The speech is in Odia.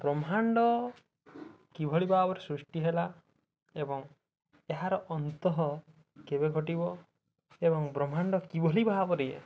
ବ୍ରହ୍ମାଣ୍ଡ କିଭଳି ଭାବରେ ସୃଷ୍ଟି ହେଲା ଏବଂ ଏହାର ଅନ୍ତଃ କେବେ ଘଟିବ ଏବଂ ବ୍ରହ୍ମାଣ୍ଡ କିଭଳି ଭାବରେ